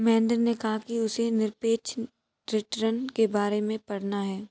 महेंद्र ने कहा कि उसे निरपेक्ष रिटर्न के बारे में पढ़ना है